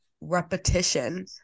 repetition